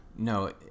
No